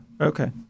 Okay